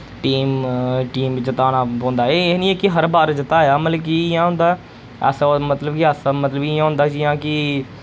team team गी जिताना पौंदा एह् नि ऐ के हर बार जताया मतलब कि इयां होंदा ऐसा मतलब कि ऐसा मतलब कि इयां होंदा जि'यां कि